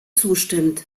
zustimmt